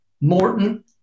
Morton